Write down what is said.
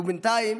ובינתיים